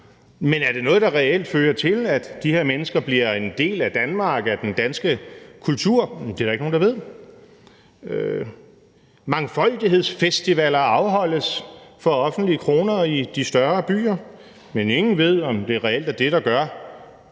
Men er det noget, der reelt fører til, at de her mennesker bliver en del af Danmark, af den danske kultur? Det er der ikke nogen der ved. Mangfoldighedsfestivaler afholdes for offentlige kroner i de større byer, men ingen ved, om det reelt er det, der gør,